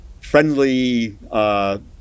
Friendly